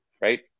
right